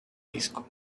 disco